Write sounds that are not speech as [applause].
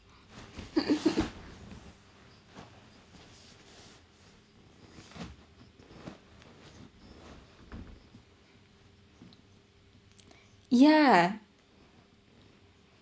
[laughs] yeah